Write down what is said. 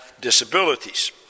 disabilities